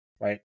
Right